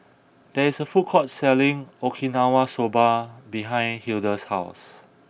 there is a food court selling Okinawa Soba behind Hilda's house